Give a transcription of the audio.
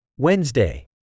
Wednesday